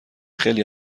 خیلی